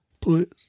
Please